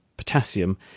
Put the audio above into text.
potassium